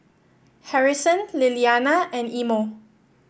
Harrison Lilliana and Imo